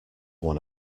one